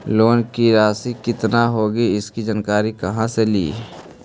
Loan की रासि कितनी होगी इसकी जानकारी कहा से ली?